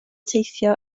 teithio